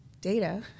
data